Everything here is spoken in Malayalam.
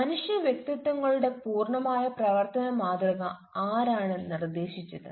മനുഷ്യ വ്യക്തിത്വങ്ങളുടെ പൂർണ്ണമായ പ്രവർത്തന മാതൃക ആരാണ് നിർദ്ദേശിച്ചത്